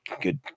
good